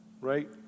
Right